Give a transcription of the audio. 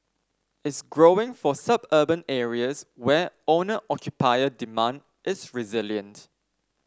is growing for suburban areas where owner occupier demand is resilient